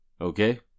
okay